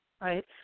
right